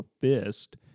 fist